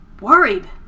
worried